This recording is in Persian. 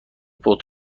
پخته